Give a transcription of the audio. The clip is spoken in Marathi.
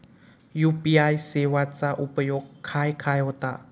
यू.पी.आय सेवेचा उपयोग खाय खाय होता?